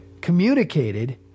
communicated